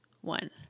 one